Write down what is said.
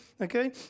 okay